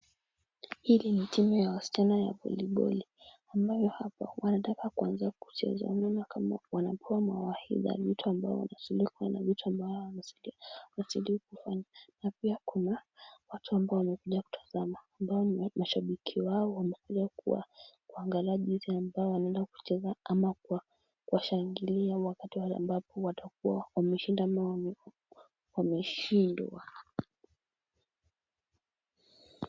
Hili ni timu ya wasichana ya voliboli. Ambayo hapa wanataka kuanza kucheza, wanaona kama wanapewa mawaitha. Vitu ambavyo wanasubiri kuwa. Vitu ambavyo wanasubiri kufanya na pia. Kama watu ambao wamekuja kutazama, ambao ni mashabiki wao, wamekuja kuangalia jinsi ambavyo wanaweza kucheza ama kuwashangilia wakati ambapo watakuwa wameshinda ama wameshindwa.